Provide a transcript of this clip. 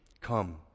Come